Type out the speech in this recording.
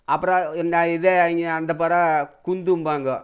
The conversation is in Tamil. அப்புறம் இது அங்கே அந்தப்புறம் குந்தும்பாங்க